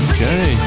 Okay